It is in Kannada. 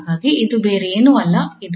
ಹಾಗಾಗಿ ಇದು ಬೇರೆ ಏನೂ ಅಲ್ಲ ಇದು